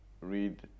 read